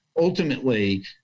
ultimately